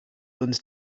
uns